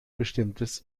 bestimmtes